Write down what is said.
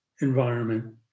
environment